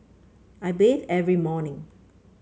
I bathe every morning